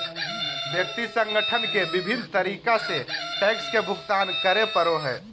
व्यक्ति संगठन के विभिन्न तरीका से टैक्स के भुगतान करे पड़ो हइ